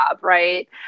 right